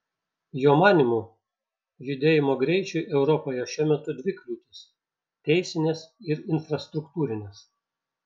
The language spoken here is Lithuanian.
jo manymu judėjimo greičiui europoje šiuo metu dvi kliūtys teisinės ir infrastruktūrinės